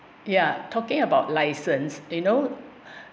ya talking about license you know